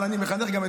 אבל אני גם מחנך את